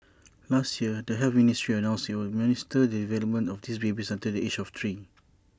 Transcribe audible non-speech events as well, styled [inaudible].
[noise] last year the health ministry announced IT would minister the development of these babies until the age of three